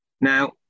Now